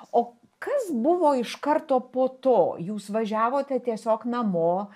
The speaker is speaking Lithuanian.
o kas buvo iš karto po to jūs važiavote tiesiog namo